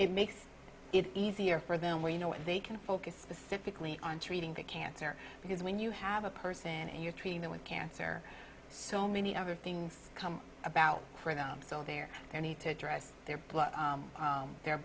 it makes it easier for them where you know what they can focus specifically on treating the cancer because when you have a person and you're treating them with cancer so many other things come about for them so there they need to address their blood